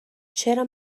چرا